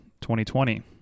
2020